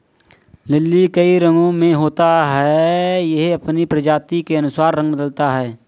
lily कई रंगो में होता है, यह अपनी प्रजाति के अनुसार रंग बदलता है